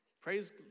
praise